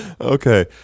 Okay